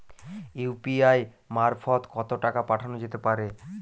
UPI মারফত কত টাকা পাঠানো যেতে পারে?